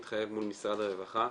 מתחייב מול משרד הרווחה,